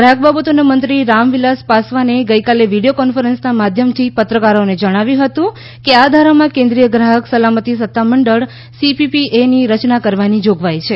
ગ્રાહક બાબતોના મંત્રી રામવિલાસ પાસવાને ગઈકાલે વીડિયો કોન્ફરન્સ માધ્યમથી પત્રકારોને જણાવ્યું હતું કે આ ધારામાં કેન્દ્રિય ગ્રાહક સલામતી સત્તામંડળ સીસીપીએની રચના કરવાની જોગવાઈ છે